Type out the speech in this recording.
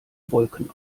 wolken